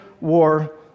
war